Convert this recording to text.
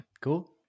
cool